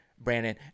Brandon